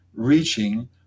reaching